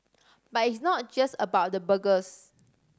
but it's not just about the burgers